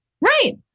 Right